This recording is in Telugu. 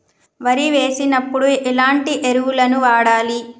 వరి వేసినప్పుడు ఎలాంటి ఎరువులను వాడాలి?